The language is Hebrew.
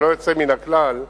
ללא יוצא מן הכלל,